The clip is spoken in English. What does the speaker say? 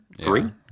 three